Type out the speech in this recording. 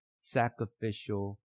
sacrificial